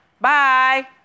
Bye